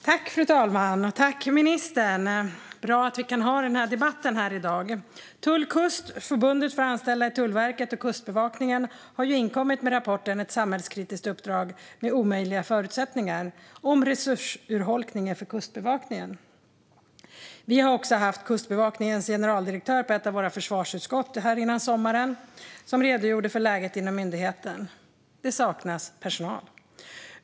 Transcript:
Fru talman! Jag tackar ministern. Det är bra att vi kan ha denna debatt här i dag. Tull-Kust, förbundet för anställda i Tullverket och Kustbevakningen, har inkommit med rapporten Ett samhällskritiskt uppdrag med omöjliga förutsättningar - om resursurholkningen för Kustbevakningen . På ett av våra försvarsutskottsmöten innan sommaren hade vi också Kustbevakningens generaldirektör, som redogjorde för läget inom myndigheten. Det saknas personal.